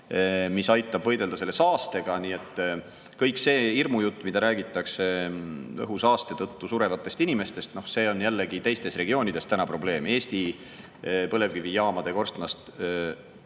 mis aitab võidelda selle saastega. Kõik see hirmujutt, mida räägitakse õhusaaste tõttu surevatest inimestest, see on täna teistes regioonides probleem – Eesti põlevkivijaamade korstnast tuleb